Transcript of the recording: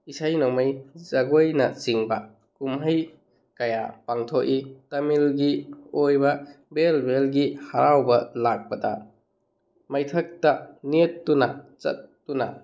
ꯏꯁꯩ ꯅꯣꯡꯃꯥꯏ ꯖꯒꯣꯏꯅꯆꯤꯡꯕ ꯀꯨꯝꯍꯩ ꯀꯌꯥ ꯄꯥꯡꯊꯣꯛꯏ ꯇꯥꯃꯤꯜꯒꯤ ꯑꯣꯏꯕ ꯕꯦꯜ ꯕꯦꯜꯒꯤ ꯍꯔꯥꯎꯕ ꯂꯥꯛꯄꯗ ꯃꯩꯊꯛꯇ ꯅꯦꯠꯇꯨꯅ ꯆꯠꯇꯨꯅ